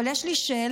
אבל יש לי שאלה: